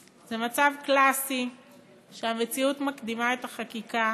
זה מצב קלאסי שהמציאות מקדימה את החקיקה